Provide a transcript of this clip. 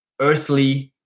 earthly